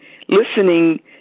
listening